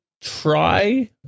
try